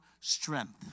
strength